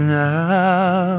now